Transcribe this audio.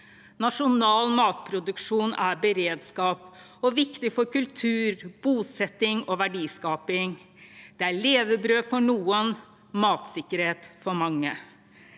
Nasjonal matproduksjon er beredskap og viktig for kultur, bosetting og verdiskaping. Det er levebrød for noen – matsikkerhet for mange.